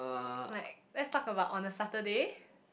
like let's talk about on a Saturday